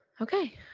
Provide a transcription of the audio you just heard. okay